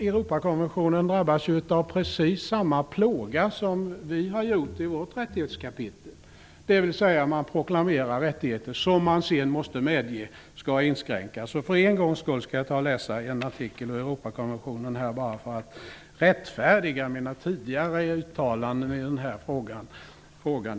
Europakonventionen drabbas ju av precis samma plåga som vi har gjort i vårt rättighetskapitel, dvs. man proklamerar rättigheter som man sedan måste medge skall inskränkas. För en gångs skull skall jag läsa en artikel ur Europakonventionen bara för att rättfärdiga mina tidigare uttalanden i den här frågan.